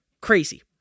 Crazy